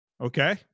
Okay